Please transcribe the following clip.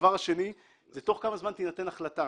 הדבר השני הוא תוך כמה זמן תינתן החלטה.